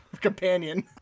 companion